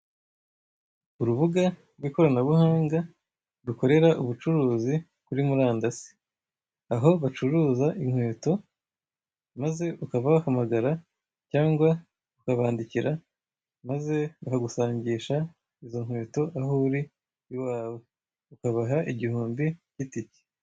Urubuga rw'ikoranabuhanga rukorera ubucuruzi kuri murandasi, aho bacuruza inkweto maze ukabahamagara cyangwa ukabandikira, maze bakagusangisha izo nkweto aho uri iwawe, ukabaha igihumbi cy'itike.